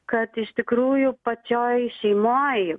kad iš tikrųjų pačioj šeimoj